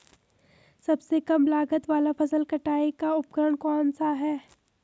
सबसे कम लागत वाला फसल कटाई का उपकरण कौन सा है?